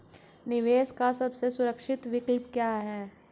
निवेश का सबसे सुरक्षित विकल्प क्या है?